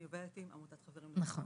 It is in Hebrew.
אני עובדת עם עמותת חברים לרפואה.